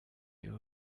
you